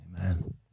Amen